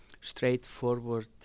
straightforward